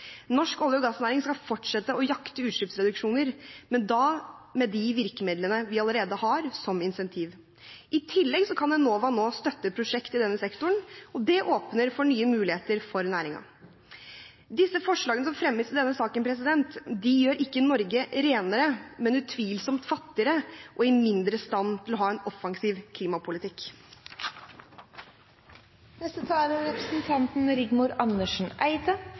Norsk olje- og gassnæring skal fortsette å jakte utslippsreduksjoner, men da med de virkemidlene vi allerede har, som incentiv. I tillegg kan Enova nå støtte prosjekter i denne sektoren, og det åpner nye muligheter for næringen. Forslagene som fremmes i denne saken, gjør ikke Norge renere, men utvilsomt fattigere og i mindre stand til å ha en offensiv klimapolitikk. Som vi har sagt mange ganger fra denne talerstolen denne våren, er